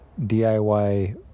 DIY